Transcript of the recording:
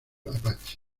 apache